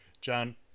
John